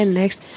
next